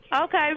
Okay